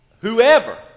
whoever